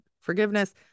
forgiveness